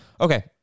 Okay